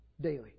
daily